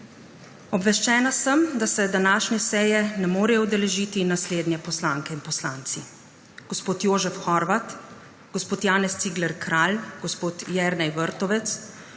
Obveščena sem, da se današnje seje ne morejo udeležiti naslednji poslanke in poslanci: Jožef Horvat, Janez Cigler Kralj, Jernej Vrtovec,